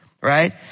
right